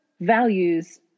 values